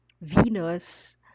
Venus